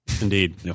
Indeed